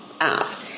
app